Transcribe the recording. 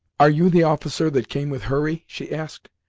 are you the officer that came with hurry? she asked.